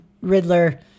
Riddler